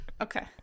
Okay